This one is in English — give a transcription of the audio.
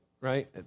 right